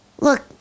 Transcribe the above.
Look